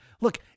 Look